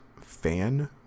fan